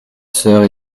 sœurs